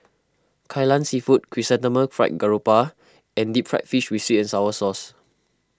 Kai Lan Seafood Chrysanthemum Fried Garoupa and Deep Fried Fish with Sweet and Sour Sauce